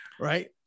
Right